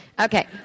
Okay